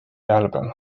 album